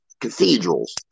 cathedrals